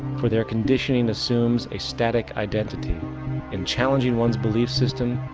for their conditioning assumes a static identity and challenging one's belief system,